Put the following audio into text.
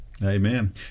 Amen